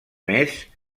més